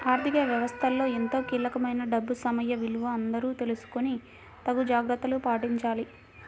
ఆర్ధిక వ్యవస్థలో ఎంతో కీలకమైన డబ్బు సమయ విలువ అందరూ తెలుసుకొని తగు జాగర్తలు పాటించాలి